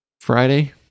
friday